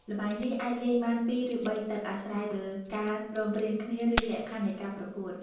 ល្បែងនេះអាចលេងបានពីរ ឬបីទឹក អាស្រ័យលើការព្រមព្រៀងគ្នា ឬលក្ខខណ្ឌនៃការប្រកួត។